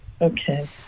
Okay